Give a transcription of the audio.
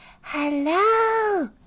Hello